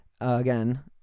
Again